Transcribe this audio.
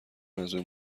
منظور